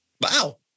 Wow